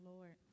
Lord